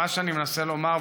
מה שאני מנסה לומר,